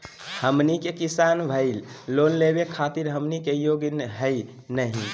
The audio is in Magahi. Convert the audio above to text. हमनी किसान भईल, लोन लेवे खातीर हमनी के योग्य हई नहीं?